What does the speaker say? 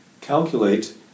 calculate